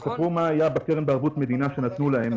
תזכרו מה היה בקרן בערבות מדינה שנתנו להם,